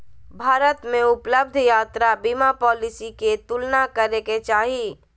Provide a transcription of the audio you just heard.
भारत में उपलब्ध यात्रा बीमा पॉलिसी के तुलना करे के चाही